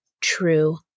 true